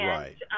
Right